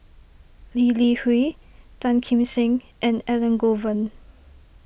Lee Li Hui Tan Kim Seng and Elangovan